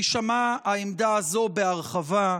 תישמע העמדה הזו בהרחבה.